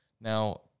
Now